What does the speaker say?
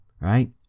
right